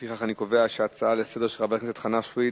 לפיכך אני קובע שההצעה לסדר-היום של חבר הכנסת חנא סוייד,